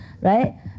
right